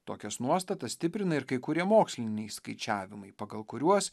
tokias nuostatas stiprina ir kai kurie moksliniai skaičiavimai pagal kuriuos